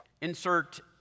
Insert